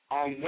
on